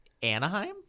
Anaheim